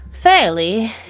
fairly